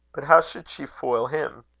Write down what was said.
but how should she foil him?